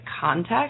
context